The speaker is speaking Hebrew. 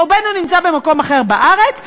בין שהוא נמצא במקום אחר בארץ,